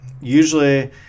usually